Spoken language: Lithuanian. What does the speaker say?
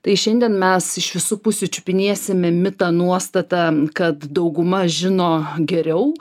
tai šiandien mes iš visų pusių čiupinėsime mitą nuostatą kad dauguma žino geriau